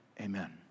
Amen